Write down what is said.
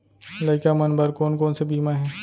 लइका मन बर कोन कोन से बीमा हे?